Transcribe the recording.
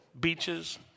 Beaches